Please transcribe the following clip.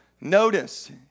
Notice